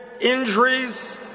injuries